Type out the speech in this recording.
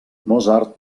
mozart